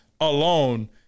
alone